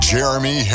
Jeremy